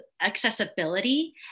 accessibility